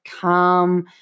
calm